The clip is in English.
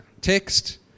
text